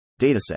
dataset